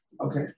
Okay